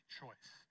choice